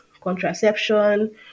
contraception